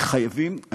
וחייבים,